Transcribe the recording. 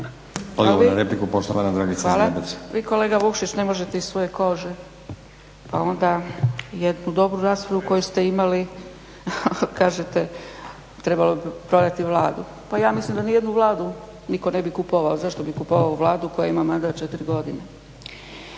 Hvala. Vi kolega Vukšić ne možete iz svoje kože pa onda jednu dobru raspravu koju ste imali kažete trebalo bi prodati Vladu. Pa ja mislim da nijednu Vladu nitko ne bi kupovao, zašto bi kupovao Vladu koja ima mandat 4 godine.